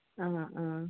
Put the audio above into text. ആ ആ